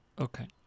Okay